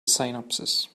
synopsis